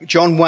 John